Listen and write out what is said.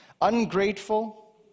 ungrateful